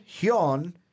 Hyun